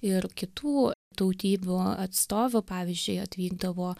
ir kitų tautybių atstovų pavyzdžiui atvykdavo